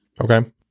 Okay